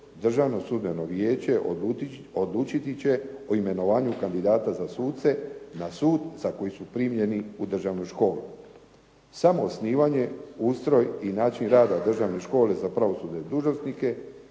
državno sudbeno vijeće odlučiti će o imenovanju kandidata za suce na sud za koji su primljeni u državnu školu. Samoosnivanje, ustroj i način rada državne škole za pravosudne dužnosnike